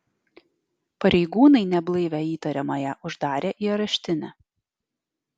pareigūnai neblaivią įtariamąją uždarė į areštinę